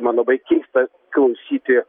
man labai keista klausyti